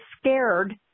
scared